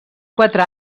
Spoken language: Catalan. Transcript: quatre